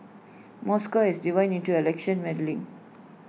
Moscow has denied any election meddling